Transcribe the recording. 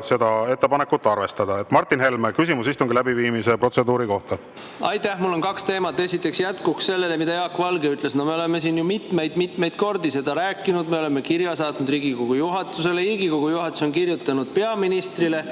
seda ettepanekut arvestada. Martin Helme, küsimus istungi läbiviimise protseduuri kohta. Aitäh! Mul on kaks teemat. Esiteks, jätkuks sellele, mida Jaak Valge ütles: me oleme siin ju mitmeid-mitmeid kordi sellest rääkinud, me oleme saatnud kirja Riigikogu juhatusele ja Riigikogu juhatus on kirjutanud peaministrile.